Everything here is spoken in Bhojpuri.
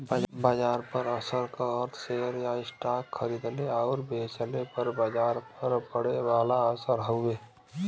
बाजार पर असर क अर्थ शेयर या स्टॉक खरीदले आउर बेचले पर बाजार पर पड़े वाला असर हउवे